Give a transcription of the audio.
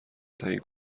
تعیین